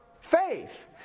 faith